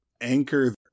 anchor